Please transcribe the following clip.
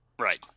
Right